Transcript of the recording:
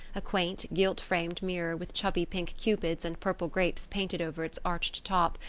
a quaint, gilt-framed mirror with chubby pink cupids and purple grapes painted over its arched top,